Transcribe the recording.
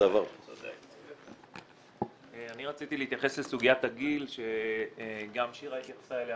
אני רציתי להתייחס לסוגיית הגיל שגם שירה התייחסה אליה